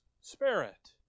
Spirit